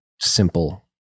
simple